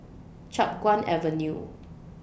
Chiap Guan Avenue